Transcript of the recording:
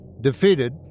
defeated